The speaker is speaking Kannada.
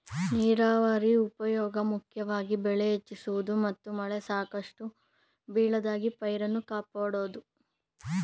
ನೀರಾವರಿ ಉಪ್ಯೋಗ ಮುಖ್ಯವಾಗಿ ಬೆಳೆ ಹೆಚ್ಚಿಸುವುದು ಮತ್ತು ಮಳೆ ಸಾಕಷ್ಟು ಬೀಳದಾಗ ಪೈರನ್ನು ಕಾಪಾಡೋದು